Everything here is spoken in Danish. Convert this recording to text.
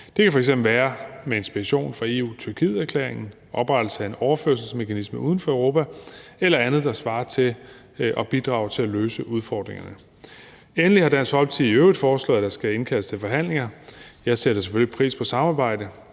Det kan f.eks. være med inspiration fra erklæringen fra EU og Tyrkiet, oprettelse af en overførselsmekanisme uden for Europa eller andet, der svarer til det og bidrager til at løse udfordringerne. Endelig har Dansk Folkeparti i øvrigt foreslået, at der skal indkaldes til forhandlinger. Jeg sætter selvfølgelig pris på samarbejde,